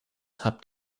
habt